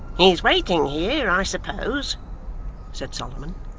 he's waiting here, i suppose said solomon,